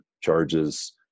charges